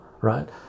right